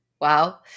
wow